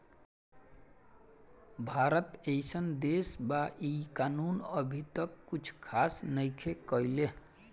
भारत एइसन देश बा इ कानून अभी तक कुछ खास नईखे कईले